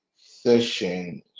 session